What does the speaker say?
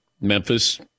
Memphis